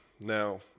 now